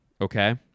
Okay